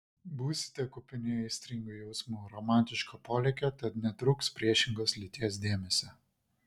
būsite kupini aistringų jausmų romantiško polėkio tad netrūks priešingos lyties dėmesio